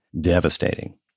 devastating